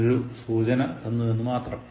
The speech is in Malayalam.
ഞാൻ ഒരു സൂചന തന്നു എന്നു മാത്രം